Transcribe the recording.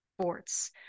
sports